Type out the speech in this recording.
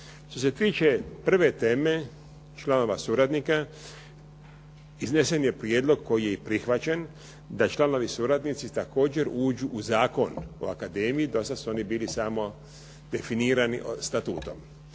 Što se tiče prve teme članova suradnika, iznesen je prijedlog koji je i prihvaćen da članovi suradnici također uđu u Zakon o akademiji, do sad su oni bili samo definirani statutom.